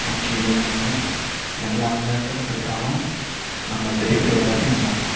முக்கியம் இல்லேனாலும் எல்லா விளையாட்டை கற்றுக்கிட்டாலும் நம்ம பெரிய பெரிய விளையாட்டையும் விளாட்லாம்